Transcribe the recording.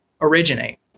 originate